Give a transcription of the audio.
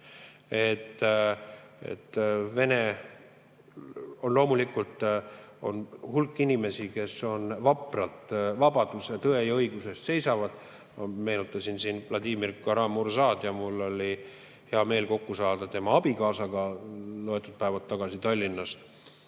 nõus. On loomulikult hulk inimesi, kes vapralt vabaduse, tõe ja õiguse eest seisavad. Meenutasin siin Vladimir Kara-Murzad ja mul oli hea meel kokku saada tema abikaasaga loetud päevad tagasi Tallinnas.